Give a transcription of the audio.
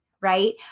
right